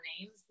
names